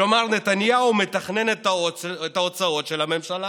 כלומר נתניהו מתכנן את ההוצאות של הממשלה